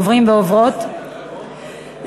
עוברים ועוברות,